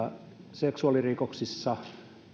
seksuaalirikoksissa